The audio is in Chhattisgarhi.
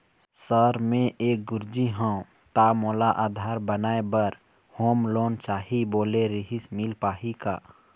सर मे एक गुरुजी हंव ता मोला आधार बनाए बर होम लोन चाही बोले रीहिस मील पाही का?